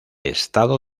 estado